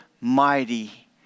mighty